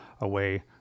away